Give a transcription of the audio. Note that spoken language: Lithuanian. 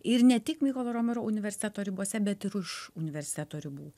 ir ne tik mykolo riomerio universiteto ribose bet ir už universiteto ribų